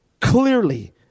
clearly